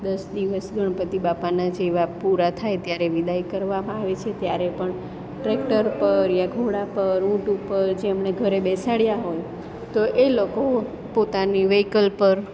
દસ દિવસ ગણપતિ બાપાના જેવા પૂરા થાય ત્યારે વિદાય કરવામાં આવે છે ત્યારે પણ ટ્રેક્ટર પર યા ઘોડા પર ઊંટ ઉપર જેમણે ઘરે બેસાડ્યા હોય તો એ લોકો પોતાની વેહિકલ પર